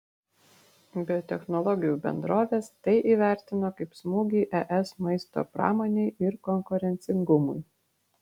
biotechnologijų bendrovės tai įvertino kaip smūgį es maisto pramonei ir konkurencingumui